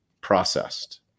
processed